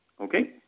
Okay